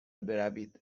بروید